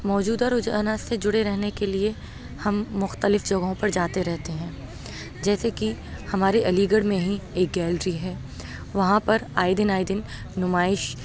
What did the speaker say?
موجودہ رجحانات سے جڑے رہنے کے لیے ہم مختلف جگہوں پر جاتے رہتے ہیں جیسے کہ ہمارے علی گڑھ میں ہی ایک گیلری ہے وہاں پر آئے دِن آئے دِن نمائش